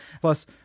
Plus